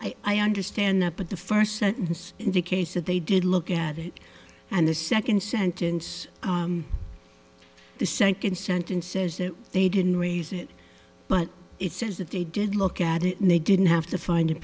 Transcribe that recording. only i understand that but the first sentence indicates that they did look at it and the second sentence the second sentence says that they didn't raise it but it says that they did look at it and they didn't have to find it